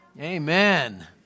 Amen